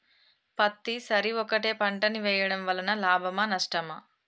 పత్తి సరి ఒకటే పంట ని వేయడం వలన లాభమా నష్టమా?